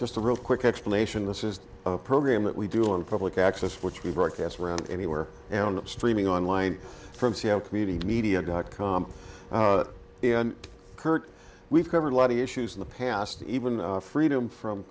just a real quick explanation this is a program that we do on public access which we broadcast around anywhere and that streaming online from seo community media dot com kurt we've covered a lot of issues in the past even freedom from